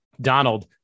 Donald